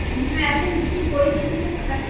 হ্যাঁ এখন দেশের পরিস্থিতি খুব খারাপ